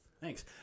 Thanks